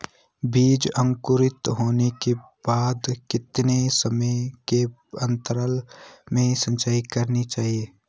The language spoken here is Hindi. बीज अंकुरित होने के बाद कितने समय के अंतराल में सिंचाई करनी चाहिए?